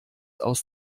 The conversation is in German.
aus